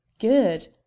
good